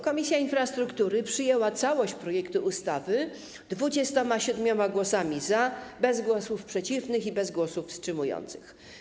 Komisja Infrastruktury przyjęła całość projektu ustawy 27 głosami za, bez głosów przeciwnych i bez głosów wstrzymujących.